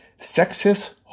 sexist